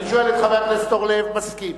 אני שואל את חבר הכנסת אורלב, מסכים.